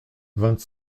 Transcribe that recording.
vingt